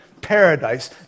paradise